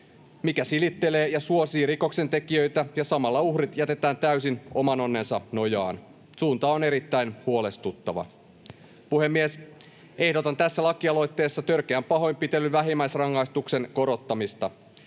se silittelee ja suosii rikoksentekijöitä, ja samalla uhrit jätetään täysin oman onnensa nojaan? Suunta on erittäin huolestuttava. Puhemies! Ehdotan tässä lakialoitteessa törkeän pahoinpitelyn vähimmäisrangaistuksen korottamista.